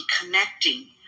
connecting